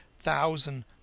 thousand